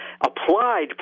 applied